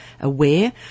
aware